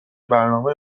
برنامه